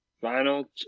Final